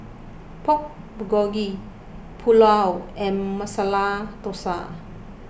Pork Bulgogi Pulao and Masala Dosa